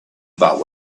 about